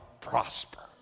prosper